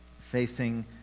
facing